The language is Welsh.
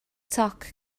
toc